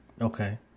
Okay